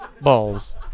Balls